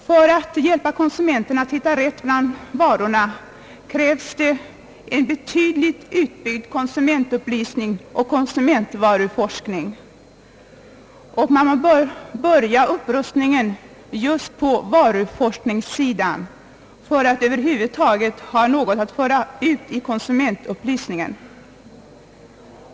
För att hjälpa konsumenterna att hitta rätt bland varorna krävs en betydligt utbyggd konsumentupplysning och konsumentvaruforskning. Upprustningen bör påbörjas just på varuforskningssidan för att man över huvud taget skall ha något att föra ut i konsumentupplysningen.